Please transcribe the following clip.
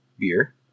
beer